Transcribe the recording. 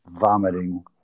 vomiting